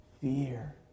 fear